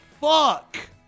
fuck